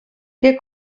que